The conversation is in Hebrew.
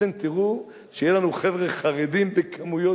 אתם תראו שיהיו לנו חבר'ה חרדים בכמויות